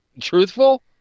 truthful